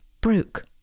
broke